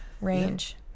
range